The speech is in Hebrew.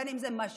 בין אם זה משוב,